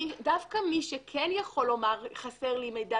דווקא מי שכן יכול לומר שחסר לו מידע,